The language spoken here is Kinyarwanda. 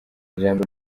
ijambo